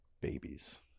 babies